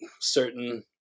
certain